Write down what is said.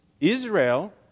Israel